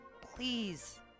please